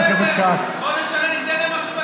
נשלם את מה שמגיע,